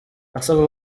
asaba